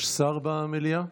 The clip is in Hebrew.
יש שר במליאה?